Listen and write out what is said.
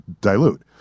dilute